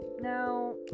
Now